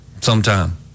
sometime